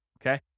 Okay